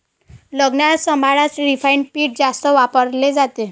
लग्नसमारंभात रिफाइंड पीठ जास्त वापरले जाते